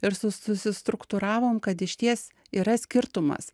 ir su susistruktūravom kad išties yra skirtumas